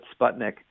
Sputnik